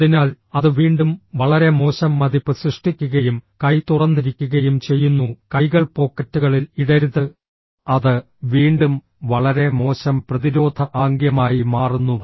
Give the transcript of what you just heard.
അതിനാൽ അത് വീണ്ടും വളരെ മോശം മതിപ്പ് സൃഷ്ടിക്കുകയും കൈ തുറന്നിരിക്കുകയും ചെയ്യുന്നു കൈകൾ പോക്കറ്റുകളിൽ ഇടരുത് അത് വീണ്ടും വളരെ മോശം പ്രതിരോധ ആംഗ്യമായി മാറുന്നു